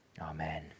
Amen